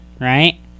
right